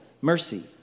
mercy